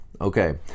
okay